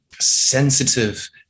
sensitive